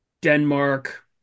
Denmark